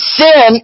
sin